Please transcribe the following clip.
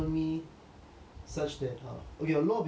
such that err okay ya a lot of people when they describe me